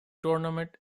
tournament